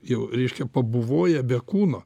jau reiškia pabuvoję be kūno